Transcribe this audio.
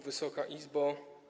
Wysoka Izbo!